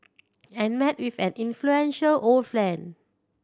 and met with an influential old friend